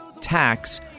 tax